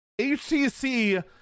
HTC